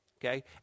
Okay